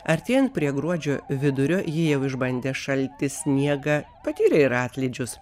artėjant prie gruodžio vidurio ji jau išbandė šaltį sniegą patyrė ir atlydžius